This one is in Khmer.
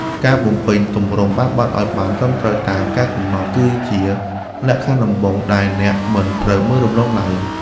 ការបំពេញទម្រង់បែបបទឱ្យបានត្រឹមត្រូវតាមកាលកំណត់គឺជាលក្ខខណ្ឌដំបូងដែលអ្នកមិនត្រូវមើលរំលងឡើយ។